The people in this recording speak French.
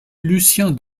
lucien